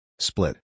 Split